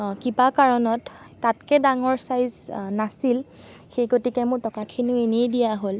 কিবা কাৰণত তাতকৈ ডাঙৰ ছাইজ নাছিল সেই গতিকে মোৰ টকাখিনিও এনেই দিয়া হ'ল